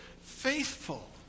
faithful